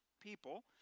people